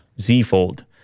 Z-fold